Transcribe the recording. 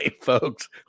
folks